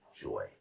joy